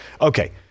Okay